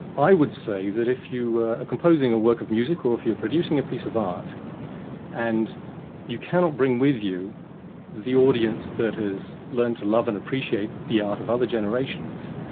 i would say that if you were composing a work of music or if you're producing a piece of art and you cannot bring with you the audience that has learnt to love and appreciate the art of other generations,